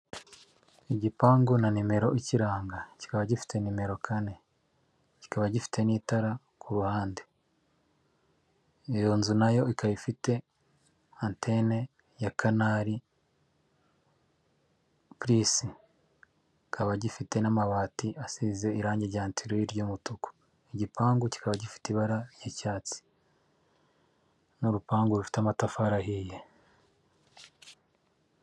Igipangu na nimero ikiranga, kikaba gifite nimero kane, kikaba gifite n'itara kuhande. Iyo nzu nayo ikaba ifite antene ya CANAL PLUS, kikaba gifite n'amabati asize irangi ry'antiroyi ry'umutuku. Igipangu kikaba gifite ibara ry'icyatsi, n'urupangu rufite amatafari ahiye.